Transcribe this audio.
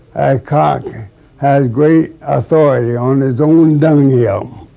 cock has great authority on his own dung hill.